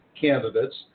candidates